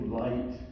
light